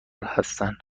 هستند